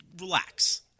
relax